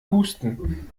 husten